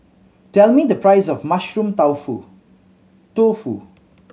tell me the price of Mushroom Tofu